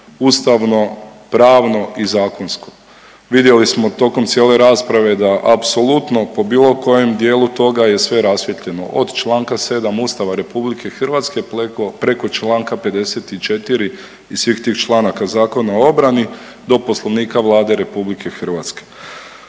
ustavno, pravno i zakonsko. Vidjeli smo tokom cijele rasprave da apsolutno po bilo kojem dijelu toga je sve rasvijetljeno od Članka 7. Ustava RH preko Članka 54. i svih tih članaka Zakona o obrani do Poslovnika Vlade RH.